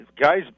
Guys